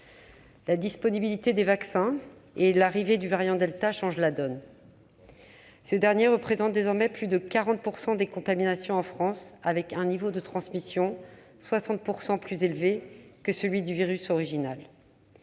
La disponibilité des vaccins et l'arrivée du variant delta changent la donne. Ce dernier représente désormais plus de 40 % des contaminations en France avec un niveau de transmission 60 % plus élevé que celui du virus original.